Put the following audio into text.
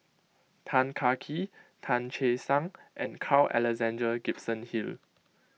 Tan Kah Kee Tan Che Sang and Carl Alexander Gibson Hill